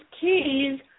keys